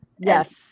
Yes